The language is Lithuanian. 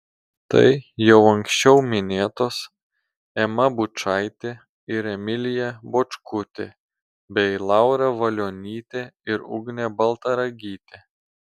tai jau anksčiau minėtos ema bučaitė ir emilija bočkutė bei laura valionytė ir ugnė baltaragytė